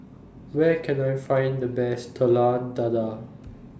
Where Can I Find The Best Telur Dadah